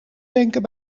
tanken